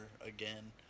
again